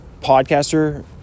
podcaster